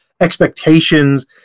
expectations